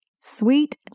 sweet